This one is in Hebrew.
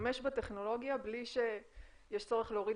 להשתמש בטכנולוגיה בלי שיש צורך להוריד